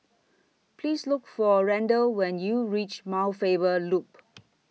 Please Look For Randall when YOU REACH Mount Faber Loop